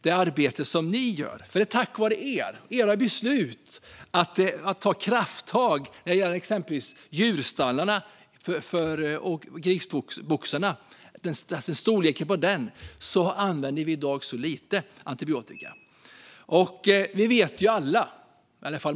Det är tack vare ert arbete och era beslut att ta krafttag när det gäller exempelvis djurstallar och grisboxar som vi i dag använder så lite antibiotika.